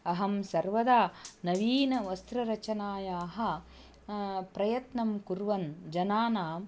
अहं सर्वदा नवीनवस्त्ररचनायाः प्रयत्नं कुर्वन् जनानां